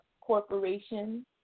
corporation